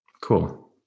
Cool